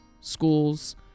schools